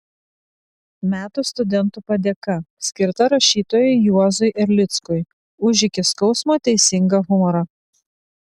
metų studentų padėka skirta rašytojui juozui erlickui už iki skausmo teisingą humorą